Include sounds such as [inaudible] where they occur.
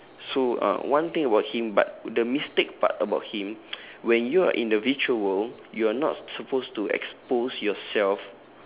so um one thing about him but the mistake part about him [noise] when you are in the virtual world you are not supposed to expose yourself